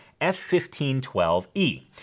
F1512E